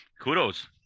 kudos